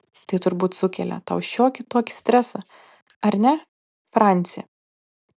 tai turbūt sukelia tau šiokį tokį stresą ar ne franci